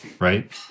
right